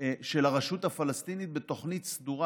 של הרשות הפלסטינית בתוכנית סדורה,